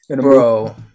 bro